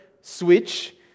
Switch